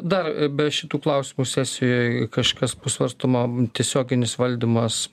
dar be šitų klausimų sesijoj kažkas bus svarstoma tiesioginis valdymas